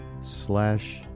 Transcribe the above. slash